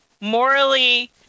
morally